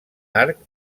arc